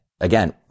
again